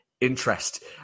interest